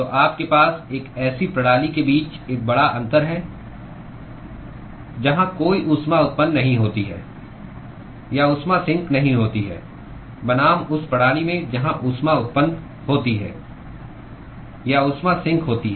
तो आपके पास एक ऐसी प्रणाली के बीच एक बड़ा अंतर है जहां कोई ऊष्मा उत्पन्न नहीं होती है या ऊष्मा सिंक नहीं होती है बनाम उस प्रणाली में जहां ऊष्मा उत्पन्न होती है या ऊष्मा सिंक होती है